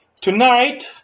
Tonight